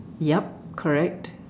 yup correct